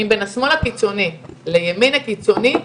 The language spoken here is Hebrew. אם בין השמאל לקיצוני לימין הקיצוני,